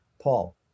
Paul